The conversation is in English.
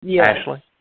Ashley